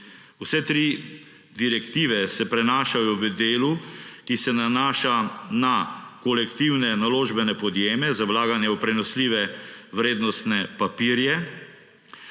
Vse tri direktive se prenašajo v delu, ki se nanaša na kolektivne naložbene podjeme za vlaganje v prenosljive vrednostne papirje.